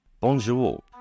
Bonjour